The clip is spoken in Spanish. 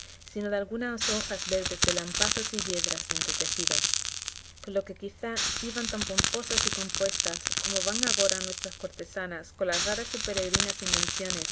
sino de algunas hojas verdes de lampazos y yedra entretejidas con lo que quizá iban tan pomposas y compuestas como van agora nuestras cortesanas con las raras y peregrinas invenciones